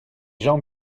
gens